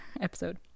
episode